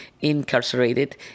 incarcerated